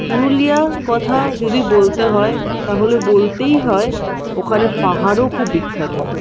পুরুলিয়ার কথা যদি বলতে হয় তাহলে বলতেই হয় ওখানে পাহাড়ও খুব বিখ্যাত